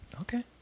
Okay